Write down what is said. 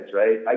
right